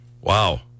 Wow